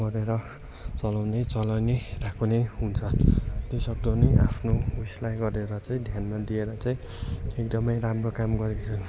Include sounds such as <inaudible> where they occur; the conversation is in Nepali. गरेर चलाउने चलाई नै रहेको नै हुन्छ जतिसक्दो नै आफ्नो उइसलाई गरेर चाहिँ ध्यान नदिएर चाहिँ एकदमै राम्रो काम गरेको <unintelligible>